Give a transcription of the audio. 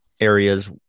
areas